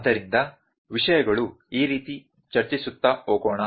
ಆದ್ದರಿಂದ ವಿಷಯಗಳು ಈ ರೀತಿ ಚರ್ಚಿಸುತ್ತಾ ಹೋಗೋಣ